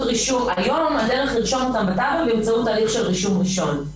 היום הדרך לרשום אותן בטאבו היא באמצעות ההליך של רישום ראשון.